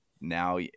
now